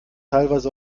teilweise